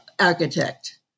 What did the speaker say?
architect